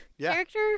character